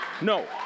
No